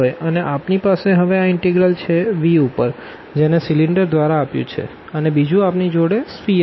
અને આપણી પાસે હવે આ ઇનટેગ્રલ છે Vઉપર જેને સીલીન્ડર દ્વારા આપ્યું છે અને બીજું આપણી જોડે સ્ફીઅર છે